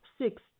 six